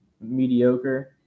mediocre